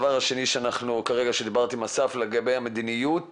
לגבי המדיניות